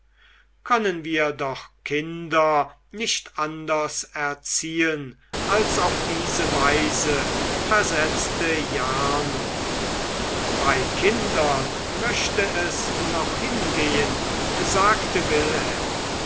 können wir doch kinder nicht anders erziehen als auf diese weise versetzte jarno bei kindern möchte es noch hingehen sagte wilhelm